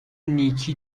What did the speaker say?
نیکی